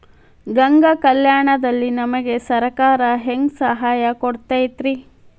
ಗಂಗಾ ಕಲ್ಯಾಣ ದಲ್ಲಿ ನಮಗೆ ಸರಕಾರ ಹೆಂಗ್ ಸಹಾಯ ಕೊಡುತೈತ್ರಿ?